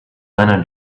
lenna